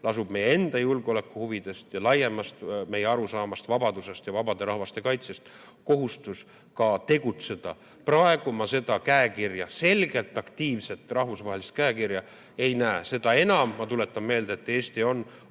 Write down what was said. lasub meie enda julgeoleku huvidest ja laiemast meie arusaamast, vabadusest ja vabade rahvaste kaitsest tulenev kohustus tegutseda. Praegu ma seda käekirja, selgelt aktiivset rahvusvahelist käekirja ei näe. Seda enam ma tuletan meelde, et Eesti on